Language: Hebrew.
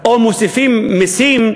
או מוסיפים מסים,